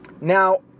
Now